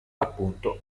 appunto